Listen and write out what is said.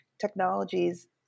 technologies